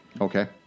Okay